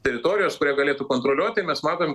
teritorijos kurią galėtų kontroliuot tai mes matom